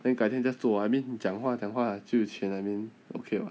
then 改天 just 做 I mean 讲话讲话就有 I mean okay [what]